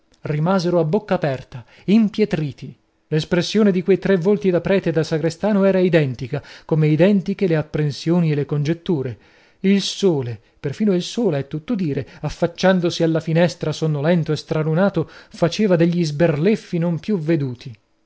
rimasero a bocca aperta impietriti l'espressione di quei tre volti da prete e da sagrestano era identica come identiche le apprensioni e le congetture il sole perfino il sole è tutto dire affacciandosi alla finestra sonnolento e stralunato faceva degli sberleffi non più veduti